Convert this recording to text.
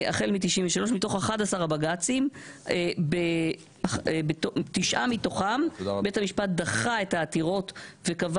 מתוך 11 הבג"צים תשעה מתוכם בית המשפט דחה את העתירות וקבע